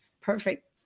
perfect